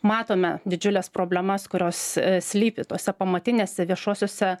matome didžiules problemas kurios slypi tose pamatinėse viešosiose